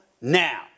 now